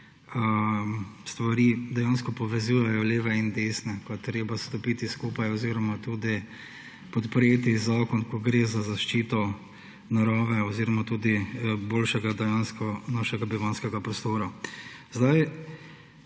stvari dejansko povezujejo, leve in desne, ko je treba stopiti skupaj oziroma tudi podpreti zakon, ko gre za zaščito narave oziroma tudi dejansko boljšega našega bivanjskega prostora.